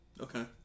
Okay